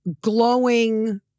glowing